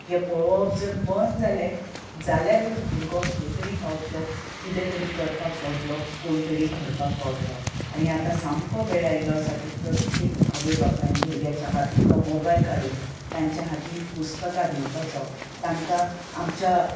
हें पळोवप जर बंद जालें जाल्यारूच भुरगो खंयतरी पावतलो कितें तरी करपाक पावतलो कोण तरी घडपाक पावतलो आनी आतां सामको वेळ आयिल्लो आसा की प्रत्येक आवय बापायन भुरग्याचे हातींतलो मोबायल काडून तांच्या हातीन पुस्तकां दिवपाचो तांकां आमच्या